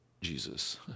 Jesus